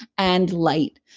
and light.